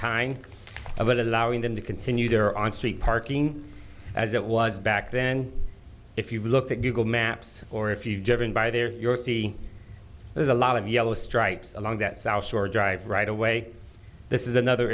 about allowing them to continue their on street parking as it was back then if you look at google maps or if you've given by there you're see there's a lot of yellow stripes along that south shore drive right away this is another